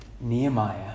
Nehemiah